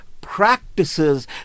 practices